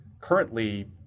currently